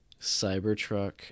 Cybertruck